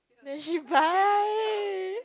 that she buy